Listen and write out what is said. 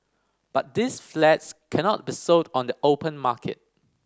but these flats cannot be sold on the open market